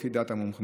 לפי דעת המומחים.